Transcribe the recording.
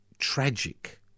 Tragic